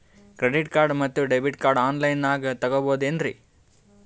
Credit card ಮತ್ತು debit card ಆನ್ ಲೈನಾಗ್ ತಗೋಬಹುದೇನ್ರಿ?